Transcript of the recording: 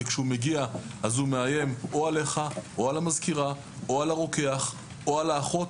וכשהוא מגיע הוא מאיים או עליך או על המזכירה או על הרוקח או על האחות,